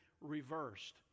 reversed